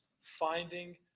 finding